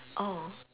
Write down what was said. oh